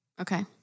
Okay